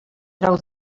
trau